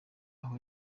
aho